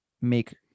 make